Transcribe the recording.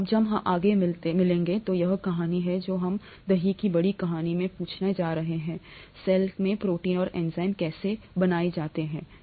जब हम आगे मिलते हैं तो यह कहानी है जो हम दही बनाने की बड़ी कहानी में पूछने जा रहे हैं सेल में प्रोटीन और एंजाइम कैसे बनाए जाते हैं ठीक है